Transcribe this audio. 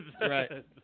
right